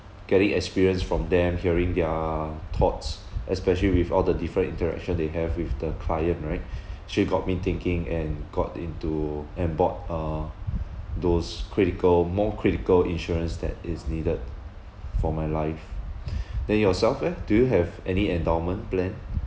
getting experience from them hearing their thoughts especially with all the different interaction they have with the client right straight got me thinking and got into and bought uh those critical more critical insurance that is needed for my life then yourself leh do you have any endowment plan